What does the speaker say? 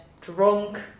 drunk